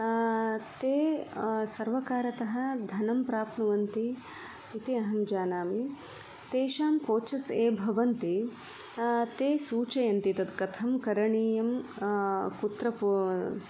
ते सर्वकारतः धनं प्राप्नुवन्ति इति अहं जानामि तेषां कोचस् ये भवन्ति ते सूचयन्ति तत् कथं करणीयं कुत्र